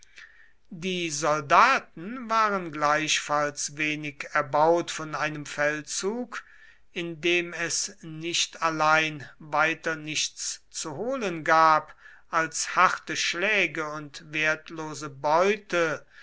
die soldaten waren gleichfalls wenig erbaut von einem feldzug in dem es nicht allein weiter nichts zu holen gab als harte schläge und wertlose beute